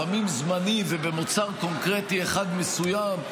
לפעמים זמני, ובמוצר קונקרטי אחד מסוים,